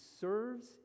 serves